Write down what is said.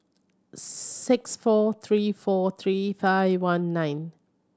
six four three four three five one nine